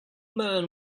man